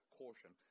caution